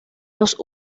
los